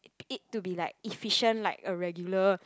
it to be like efficient like a regular